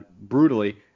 brutally